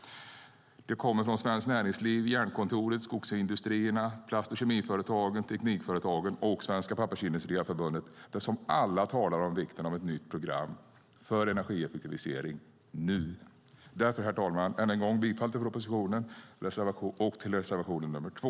De kommer från Svenskt Näringsliv, Jernkontoret, Skogsindustrierna, Plast & Kemiföretagen, Teknikföretagen och Svenska Pappersindustriarbetareförbundet. Alla talar om vikten av ett nytt program för energieffektivisering och om att det behöver komma nu. Därför, herr talman, yrkar jag än en gång bifall till propositionen och till reservation nr 2.